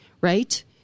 Right